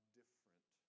different